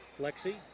Lexi